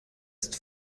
ist